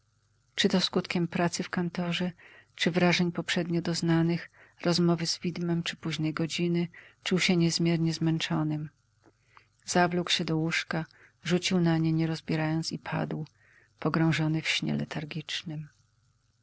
czy to skutkiem pracy w kantorze czy wrażeń poprzednio doznanych rozmowy z widmem czy późnej godziny czuł się niezmiernie zmęczonym zawlókł się do łóżka rzucił na nie nie rozbierając i padł pogrążony w śnie